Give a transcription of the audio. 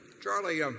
Charlie